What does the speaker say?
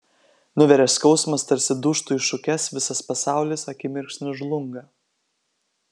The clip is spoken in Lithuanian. nuveria skausmas tarsi dūžtu į šukes visas pasaulis akimirksniu žlunga